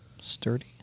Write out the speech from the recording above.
sturdy